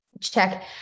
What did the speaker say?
check